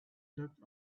look